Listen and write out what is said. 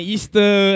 Easter